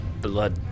Blood